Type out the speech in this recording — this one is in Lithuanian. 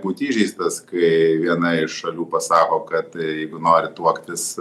būt įžeistas kai viena iš šalių pasako kad jeigu nori tuoktis